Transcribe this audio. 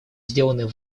сделаны